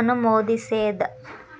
ಅನುಮೋದಿಸೇದ್